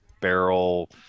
barrel